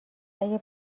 اگه